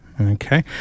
okay